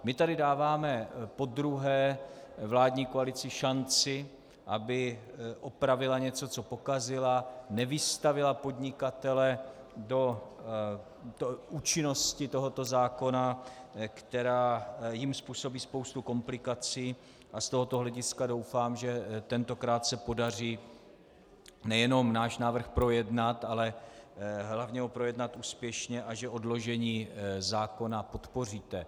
My tady dáváme podruhé vládní koalici šanci, aby opravila něco, co pokazila, nevystavila podnikatele účinnosti tohoto zákona, která jim způsobí spoustu komplikací, a z tohoto hlediska doufám, že tentokrát se podaří nejenom náš návrh projednat, ale hlavně ho projednat úspěšně a že odložení zákona podpoříte.